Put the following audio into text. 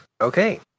Okay